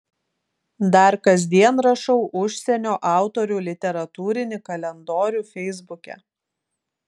dar kasdien rašau užsienio autorių literatūrinį kalendorių feisbuke